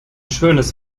schönes